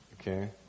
okay